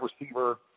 receiver